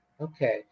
Okay